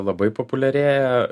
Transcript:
labai populiarėja